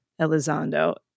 Elizondo